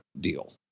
deal